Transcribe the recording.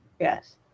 Yes